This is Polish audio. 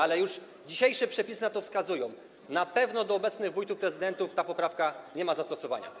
Ale już dzisiejsze przepisy na to wskazują: na pewno do obecnych wójtów, prezydentów ta poprawka nie ma zastosowania.